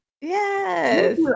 Yes